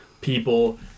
people